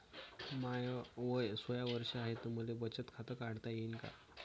माय वय सोळा वर्ष हाय त मले बचत खात काढता येईन का?